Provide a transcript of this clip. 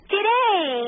Today